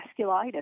vasculitis